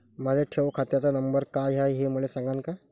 माया ठेव खात्याचा नंबर काय हाय हे मले सांगान का?